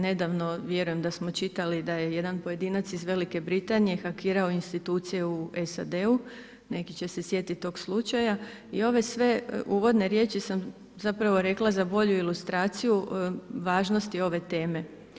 Nedavno vjerujem da smo čitali, da je jedan pojedinac iz Velike Britanije, hakirao institucije u SAD-u, neki će se sjetiti tog slučaja i ove sve uvodne riječi sam zapravo rekla za bolju ilustraciju važnosti ove teme.